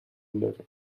داره